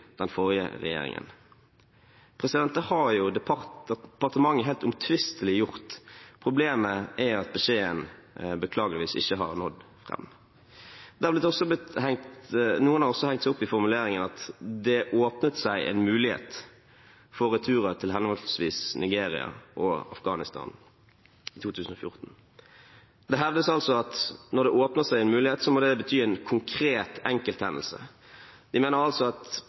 den forrige regjeringen». Det har jo departementet helt uomtvistelig gjort. Problemet er at beskjeden beklageligvis ikke har nådd fram. Noen har også hengt seg opp i formuleringen om at det åpnet seg en mulighet for returer til henholdsvis Nigeria og Afghanistan i 2014. Det hevdes altså at når det åpner seg en mulighet, så må det bety en konkret enkelthendelse. De mener altså at